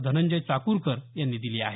धनंजय चाकूरकर यांनी दिली आहे